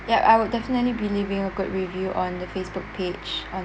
yup I would definitely be leaving a good review on the facebook page on